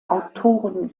autoren